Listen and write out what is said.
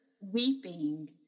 weeping